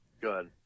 Good